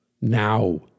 Now